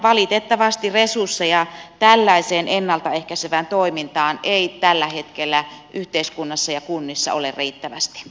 valitettavasti resursseja tällaiseen ennalta ehkäisevään toimintaan ei tällä hetkellä yhteiskunnassa ja kunnissa ole riittävästi